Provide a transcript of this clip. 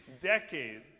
decades